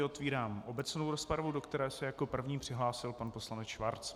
Otevírám obecnou rozpravu, do které se jako první přihlásil pan poslanec Schwarz.